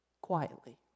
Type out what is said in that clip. quietly